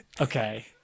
Okay